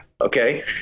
okay